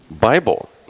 Bible